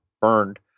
burned